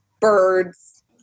birds